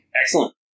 Excellent